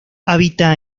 habita